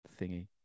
thingy